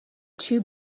two